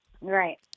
right